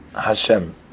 Hashem